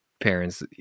parents